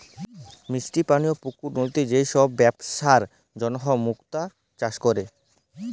মিষ্টি পালির পুকুর, লদিতে যে সব বেপসার জনহ মুক্তা চাষ ক্যরে